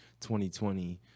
2020